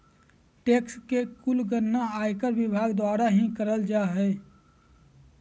tax के कुल गणना आयकर विभाग द्वारा ही करल जा हय